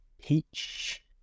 peach